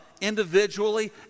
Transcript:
Individually